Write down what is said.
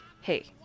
Hey